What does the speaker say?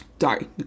Sorry